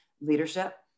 leadership